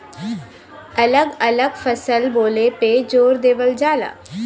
अलग अलग फसल बोले पे जोर देवल जाला